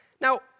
Now